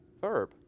verb